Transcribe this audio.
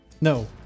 No